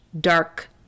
dark